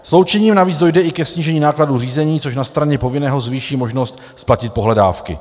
Sloučením navíc dojde i ke snížení nákladů řízení, což na straně povinného zvýší možnost splatit pohledávky.